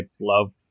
love